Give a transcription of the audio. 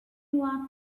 want